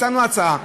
הצענו הצעה,